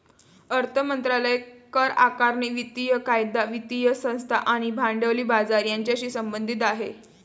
अर्थ मंत्रालय करआकारणी, वित्तीय कायदा, वित्तीय संस्था आणि भांडवली बाजार यांच्याशी संबंधित आहे